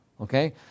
Okay